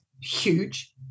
huge